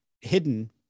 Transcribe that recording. hidden